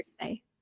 today